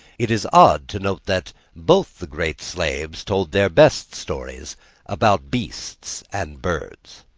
it is odd to note that both the great slaves told their best stories about beasts and birds.